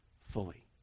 fully